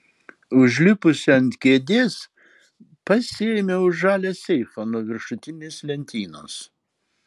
užlipusi ant kėdės pasiėmiau žalią seifą nuo viršutinės lentynos